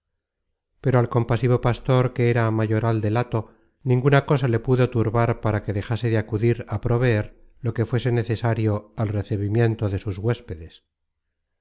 pero al compasivo pastor que era mayoral del hato ninguna cosa le pudo turbar para que dejase de acudir á proveer lo que fuese necesario al recebimiento de sus huéspedes